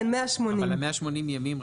אם כן, 180 ימים.